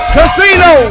Casino